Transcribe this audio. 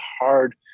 hard